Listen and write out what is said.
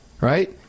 Right